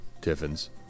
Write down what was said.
Tiffins